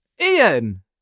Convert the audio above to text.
ian